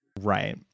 Right